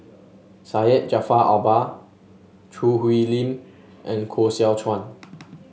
Syed Jaafar Albar Choo Hwee Lim and Koh Seow Chuan